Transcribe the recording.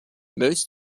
most